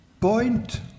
point